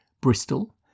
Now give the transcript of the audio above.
Bristol